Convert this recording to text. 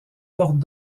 portent